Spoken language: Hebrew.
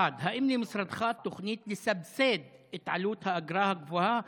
1. האם למשרדך יש תוכנית לסבסד את עלות האגרה הגבוהה,